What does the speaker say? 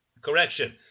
Correction